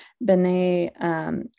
Bene